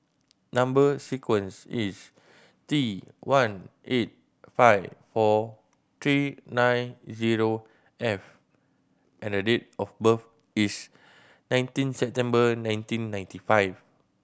number sequence is T one eight five four three nine zero F and date of birth is nineteen September nineteen ninety five